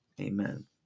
Amen